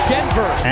Denver